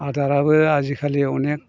आदाराबो आजिखालि अनेक